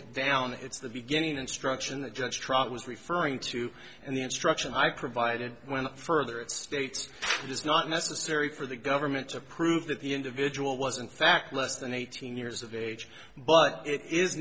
it down it's the beginning instruction that judge trot was referring to and the instruction i provided when i further it states it is not necessary for the government to prove that the individual was in fact less than eighteen years of age but it is